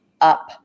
up